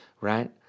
right